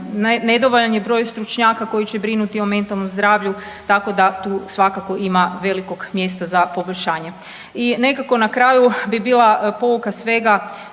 Nedovoljan je broj stručnjaka koji će brinuti o mentalnom zdravlju, tako da tu svakako ima velikog mjesta za poboljšanje. I nekako na kraju bi bila pouka svega